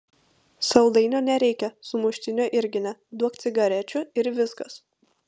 saldainio nereikia sumuštinio irgi ne duok cigarečių ir viskas